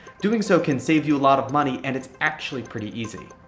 doing so can save you a lot of money and it's actually pretty easy.